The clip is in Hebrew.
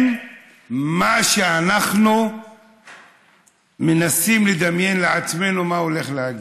עם מה שאנחנו מנסים לדמיין לעצמנו מה הוא הולך להגיד.